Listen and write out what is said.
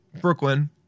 Brooklyn